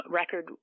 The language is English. record